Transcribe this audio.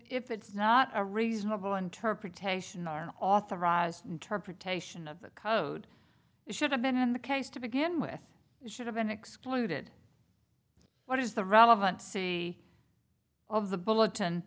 it's not a reasonable interpretation are authorized interpretation of the code should have been in the case to begin with should have been excluded what is the relevant c of the bulletin